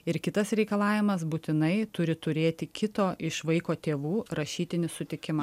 ir kitas reikalavimas būtinai turi turėti kito iš vaiko tėvų rašytinį sutikimą